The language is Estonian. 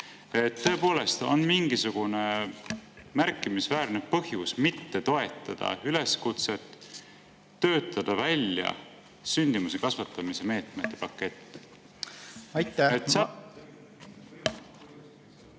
tõepoolest on mingisugune märkimisväärne põhjus mitte toetada üleskutset töötada välja sündimuse kasvatamise meetmete pakett. Aitäh!